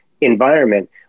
environment